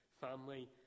family